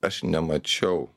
aš nemačiau